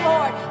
Lord